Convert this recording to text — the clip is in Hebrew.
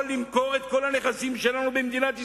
למכור את כל הנכסים שלנו במדינת ישראל,